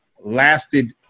lasted